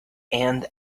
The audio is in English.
and